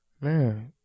Man